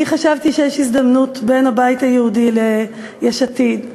אני חשבתי שיש הזדמנות בין הבית היהודי ליש עתיד,